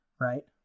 right